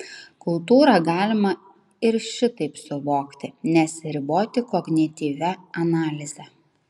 kultūrą galima ir šitaip suvokti nesiriboti kognityvia analize